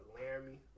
Laramie